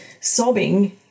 sobbing